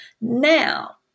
Now